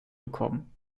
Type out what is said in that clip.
bekommen